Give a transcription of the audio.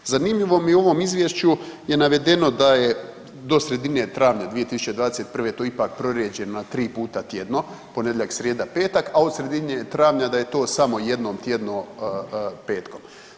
Zanimljivo mi je u ovom izvješću je navedeno da je do sredine travnja 2021., to je ipak prorijeđeno na 3 puta tjedno, ponedjeljak, srijeda, petak, a od sredine travnja da je to samo jednom tjedno petkom.